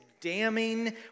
damning